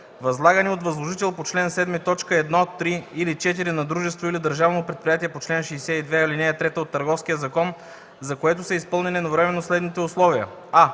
възлагани от възложител по чл. 7, т. 1, 3 или 4 на дружество или държавно предприятие по чл. 62, ал. 3 от Търговския закон, за което са изпълнени едновременно следните условия: